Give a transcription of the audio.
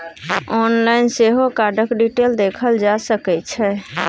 online सेहो कार्डक detail देखल जा सकै छै